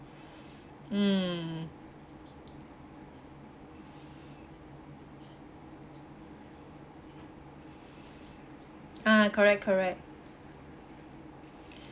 mm ah correct correct